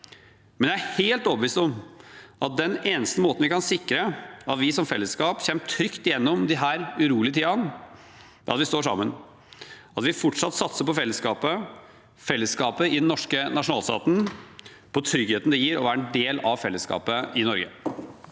Men jeg er helt overbevist om at den eneste måten vi kan sikre at vi som fellesskap kommer trygt igjennom disse urolige tidene på, er at vi står sammen, at vi fortsatt satser på fellesskapet, fellesskapet i den norske nasjonalstaten, på tryggheten det gir å være en del av fellesskapet i Norge.